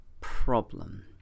problem